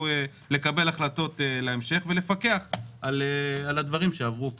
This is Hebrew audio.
לקבל החלטות להמשך ולפקח על הדברים שעברו פה.